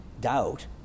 doubt